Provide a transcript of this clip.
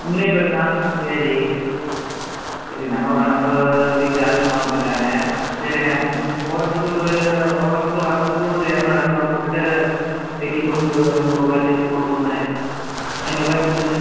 மூணே பேர் தான் சரி சரி நம்ம வ நம்ம வீட்டு ஆளுங்களாகவும் போய்விட்டாங்க சரிண்ணே போகிறதுக்கு ஒரு போகிறதுக்கு வர்றதுக்கு ஒரு இரநூறு இரநூறு போட்டுட்டு வெயிட்டிங்குக்கு ஒரு நூறுரூவா சேர்த்து போட்டுக் கொடுங்கண்ணே ஐந்நூறுரூவாயா கொடுத்துருங்க